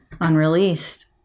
unreleased